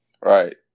Right